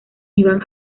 iván